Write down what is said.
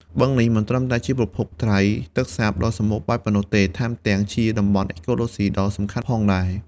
បឹងនេះមិនត្រឹមតែជាប្រភពត្រីទឹកសាបដ៏សម្បូរបែបប៉ុណ្ណោះទេ ថែមទាំងជាតំបន់អេកូឡូស៊ីដ៏សំខាន់ផងដែរ។